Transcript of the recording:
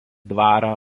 dvarą